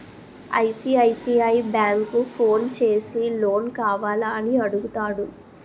ICICI bank phone చేసి loan కావాల అని అడుగుతాడు